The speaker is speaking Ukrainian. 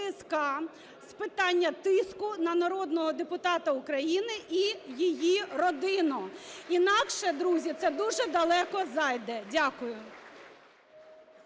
з питання тиску на народного депутат України і її родину. Інакше, друзі, це дуже далеко зайде. Дякую.